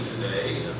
today